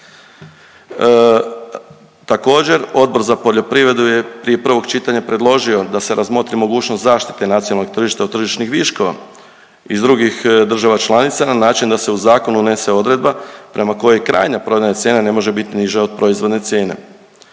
Također Odbor za poljoprivredu je prije prvog čitanja predložio da se razmotri mogućnost zaštite nacionalnog tržišta od tržišnih viškova i drugih država članica, na način da se u zakon unesen odredba prema kojoj krajnja prodajna cijena ne može bit niža od proizvodne cijene.